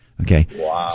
okay